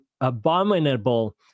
abominable